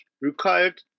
required